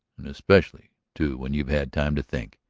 and especially, too, when you've had time to think.